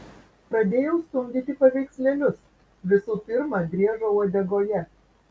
pradėjau stumdyti paveikslėlius visų pirma driežo uodegoje